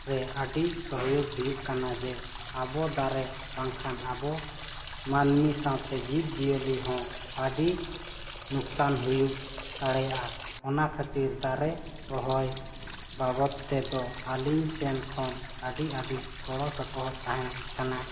ᱨᱮ ᱟᱹᱰᱤ ᱥᱚᱦᱚᱡᱳᱜᱽ ᱦᱩᱭᱩᱜ ᱠᱟᱱᱟ ᱡᱮ ᱟᱵᱚ ᱫᱟᱨᱮ ᱵᱟᱝᱠᱷᱟᱱ ᱟᱵᱚ ᱢᱟᱱᱢᱤ ᱥᱟᱶᱛᱮ ᱡᱤᱵᱽᱼᱡᱤᱭᱟᱹᱞᱤ ᱦᱚᱸ ᱟᱹᱰᱤ ᱞᱳᱠᱥᱟᱱ ᱦᱩᱭᱩᱜ ᱫᱟᱲᱮᱭᱟᱜᱼᱟ ᱚᱱᱟ ᱠᱷᱟᱹᱛᱤᱨ ᱫᱟᱨᱮ ᱨᱚᱦᱚᱭ ᱵᱟᱵᱚᱫ ᱛᱮᱫᱚ ᱟᱹᱞᱤᱧ ᱥᱮᱱ ᱠᱷᱚᱱ ᱟᱹᱰᱤ ᱟᱹᱰᱤ ᱜᱚᱲᱚ ᱥᱚᱯᱚᱦᱚᱫ ᱛᱟᱦᱮᱱ ᱠᱟᱱᱟ